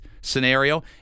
scenario